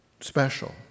special